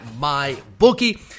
MyBookie